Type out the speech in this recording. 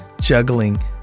juggling